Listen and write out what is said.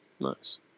Nice